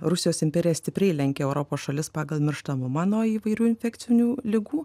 rusijos imperija stipriai lenkė europos šalis pagal mirštamumą nuo įvairių infekcinių ligų